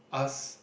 ask